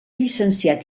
llicenciat